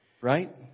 right